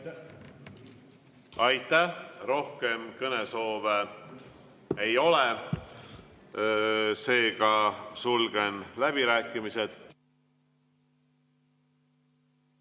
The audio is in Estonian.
Aitäh! Rohkem kõnesoove ei ole. Seega sulgen läbirääkimised.